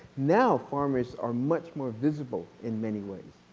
now farmers are much more visible in many ways.